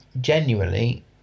genuinely